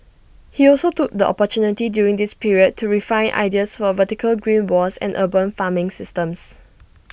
he also took the opportunity during this period to refine ideas for vertical green walls and urban farming systems